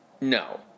No